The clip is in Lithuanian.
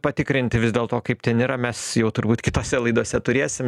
patikrinti vis dėlto kaip ten yra mes jau turbūt kitose laidose turėsim